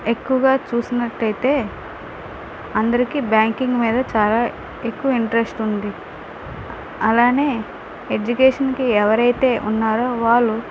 ఎక్కువగా చూసినట్లయితే అందరికీ బ్యాంకింగ్ మీద చాలా ఎక్కువ ఇంట్రెస్ట్ ఉంది అలానే ఎడ్యుకేషన్కి ఎవరైతే ఉన్నారో వాళ్ళు